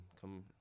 come